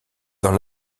dans